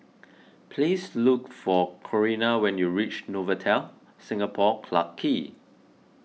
please look for Corinna when you reach Novotel Singapore Clarke Quay